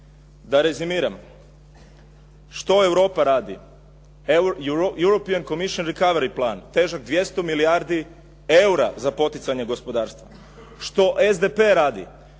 Da rezimiram, što Europa radi? "European Commision recovery plan" težak 200 milijardi eura za poticanje gospodarstva. Što SDP radi?